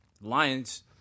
Lions